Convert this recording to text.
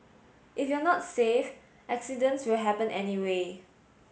if you're not safe accidents will happen anyway